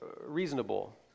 reasonable